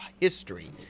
history